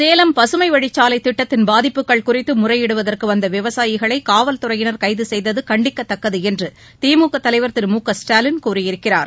சேலம் பசுமை வழிச்சாலை திட்டத்தின் பாதிப்புகள் குறித்து முறையிடுவதற்கு வந்த விவசாயிகளை காவல்துறையினர் கைது செய்தது கண்டிக்கத்தக்கது என்று திமுக தலைவர் திரு மு க ஸ்டாலின் கூறியிருக்கிறார்